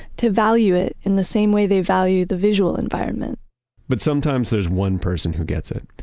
to value it in the same way they value the visual environment but sometimes there's one person who gets it.